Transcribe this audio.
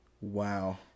wow